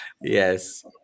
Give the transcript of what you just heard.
Yes